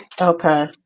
Okay